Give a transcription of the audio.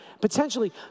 Potentially